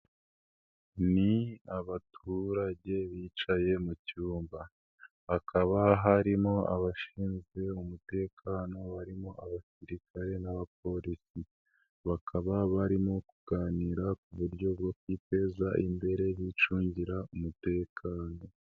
Ni abaturage bicaye mu cyumba, hakaba harimo abashinzwe umutekano barimo abasirikare n'abapolisi, bakaba barimo kuganira kuburyo bwo kwiteza imbere, bicungira umutekano.